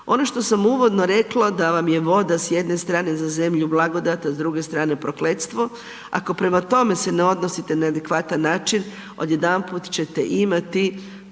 Ono što sam uvodno rekla da vam je voda s jedne strane za zemlju blagodata a s druge strane prokletstvo, ako prema tome se ne odnosite na adekvatan način, odjedanput ćete imati,